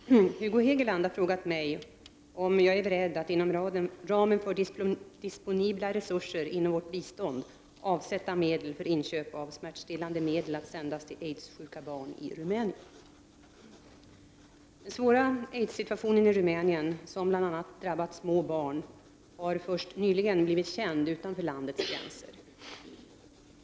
Herr talman! Hugo Hegeland har frågat mig om jag är beredd att inom ramen för disponibla resurser inom vårt bistånd avsätta medel för inköp av smärtstillande medel att sändas till aidssjuka barn i Rumänien. Den svåra aidssituationen i Rumänien, som bl.a. drabbat små barn, har först nyligen blivit känd utanför landets gränser.